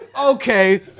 Okay